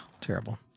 Terrible